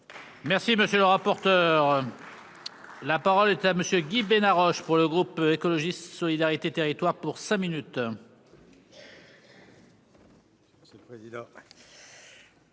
Merci, monsieur le rapporteur, la parole est à monsieur Guy Bénard Roche pour le groupe écologiste solidarité territoire pour cinq minutes. C'est le président.